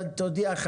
תודיע,